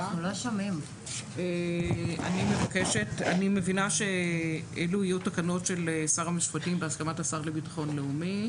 אני מבינה שאילו יהיו תקנות של שר המשפטים בהסכמת השר לביטחון לאומי.